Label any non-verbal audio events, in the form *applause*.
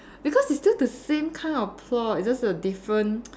because it's still the same kind of plot it's just the different *noise*